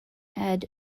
add